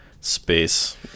space